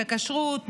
בכשרות,